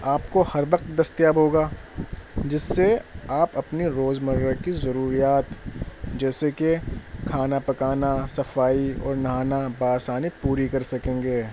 آپ کو ہر وقت دستیاب ہوگا جس سے آپ اپنے روز مرّہ کی ضروریات جیسے کہ کھانا پکانا صفائی اور نہانا بہ آسانی پوری کر سکیں گے